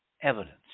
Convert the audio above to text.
evidence